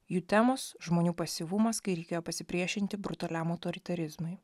jų temos žmonių pasyvumas kai reikėjo pasipriešinti brutaliam autoritarizmui